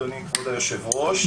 אדוני היושב-ראש.